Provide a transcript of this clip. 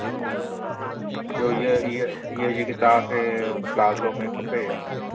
ॿियो हीअ हीअ हीअ जेकी तव्हांखे हू प्लाजो में खपे